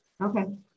Okay